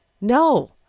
no